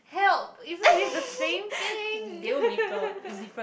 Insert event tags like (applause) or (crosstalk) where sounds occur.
help isn't this the same thing (noise)